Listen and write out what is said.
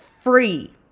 free